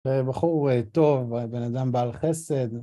בחור טוב, בן אדם בעל חסד.